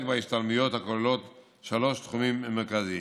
בהשתלמויות הכוללות שלושה תחומים מרכזיים: